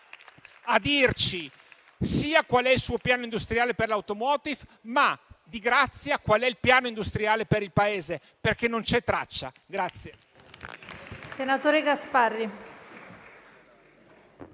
a dirci sia qual è il suo piano industriale per l'*automotive*, sia - di grazia - anche qual è il piano industriale per il Paese, perché non ce n'è traccia.